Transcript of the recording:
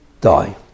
die